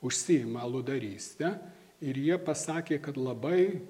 užsiima aludaryste ir jie pasakė kad labai